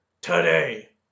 today